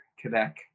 Quebec